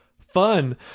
fun